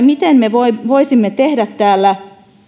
miten me voisimme tehdä täällä